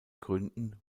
gründen